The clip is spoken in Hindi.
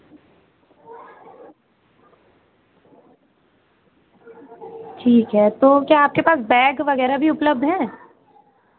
ठीक है तो क्या आपके पास बैग वगैरह भी उपलब्ध है